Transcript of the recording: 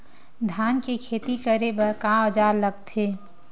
धान के खेती करे बर का औजार लगथे?